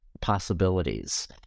possibilities